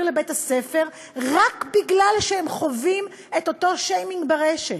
לבית-הספר רק כי הם חווים שיימינג ברשת.